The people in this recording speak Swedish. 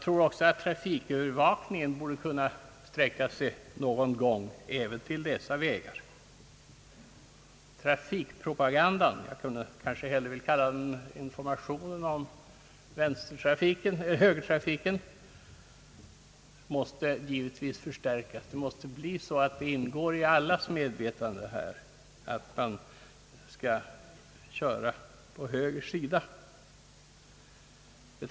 Trafikövervakningen borde någon gång kunna sträcka sig även till dessa vägar. Trafikpropagandan — eller kanske hellre informationen om :högertrafiken — måste förstärkas. Det måste ingå i allas medvetande att man skall köra på höger sida.